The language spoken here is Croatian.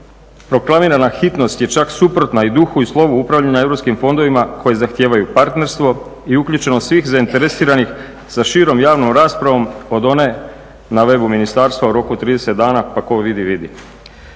proklamirana hitnost je čak suprotna i duhu i slovu upravljanja europskim fondovima koji zahtijevaju partnerstvo i uključenost svih zainteresiranih za širom javnom raspravom od one na webu ministarstva u roku od 30 dana pa tko vidi, vidi.